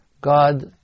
God